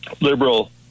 liberal